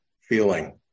feeling